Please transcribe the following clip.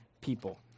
people